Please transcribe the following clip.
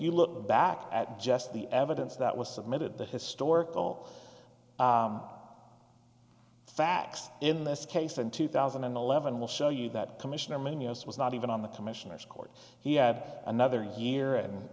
you look back at just the evidence that was submitted the historical facts in this case in two thousand and eleven will show you that commissioner in the us was not even on the commissioner's court he had another year and